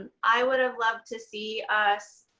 i would have loved to see us